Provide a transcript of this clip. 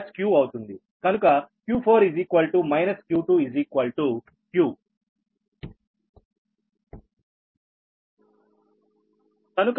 కనుక q4 q2 q